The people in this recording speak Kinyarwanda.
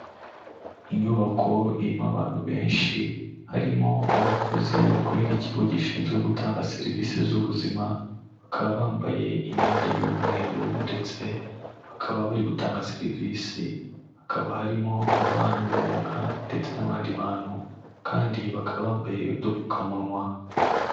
Inyubako irimo abantu benshi harimo abakozi bakorera ikigo gishinzwe gutanga serivisi z'ubuzima, bakaba bambaye imyenda y'umweru ndetse bakaba bari gutanga serivisi, hakaba harimo ababana n'ubumuga ndetse n'abandi bantu kandi bakaba bambaye udupfukamunwa.